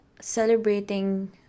celebrating